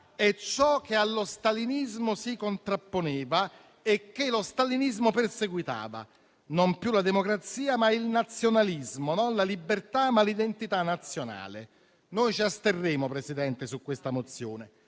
è ciò che allo stalinismo si contrapponeva e che lo stalinismo perseguitava: non più la democrazia, ma il nazionalismo, non la libertà ma l'identità nazionale. Noi ci asterremo, signor Presidente, sulla mozione